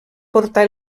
portar